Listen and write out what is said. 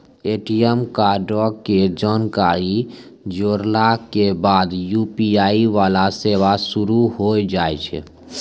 ATM कार्डो के जानकारी जोड़ला के बाद यू.पी.आई वाला सेवा शुरू होय जाय छै